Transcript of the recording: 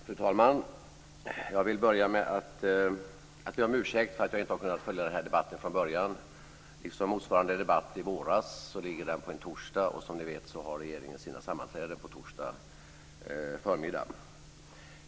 Fru talman! Jag vill börja med att be om ursäkt för att jag inte har kunnat följa denna debatt från början. Liksom motsvarande debatt i våras ligger den på en torsdag, och som ni vet har regeringen sina sammanträden på torsdag förmiddag.